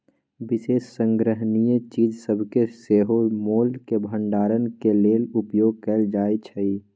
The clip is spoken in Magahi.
विशेष संग्रहणीय चीज सभके सेहो मोल के भंडारण के लेल उपयोग कएल जाइ छइ